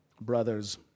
brothers